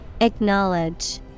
Acknowledge